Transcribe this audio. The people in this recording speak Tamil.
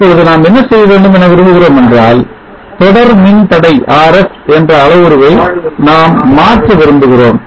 இப்பொழுது நாம் என்ன செய்ய வேண்டும் என விரும்புகிறோம் என்றால் தொடர் மின்தடை RS என்ற அளவுருவை மாற்ற நாம் விரும்புகிறோம்